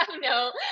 no